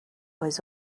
was